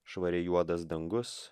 švariai juodas dangus